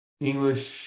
english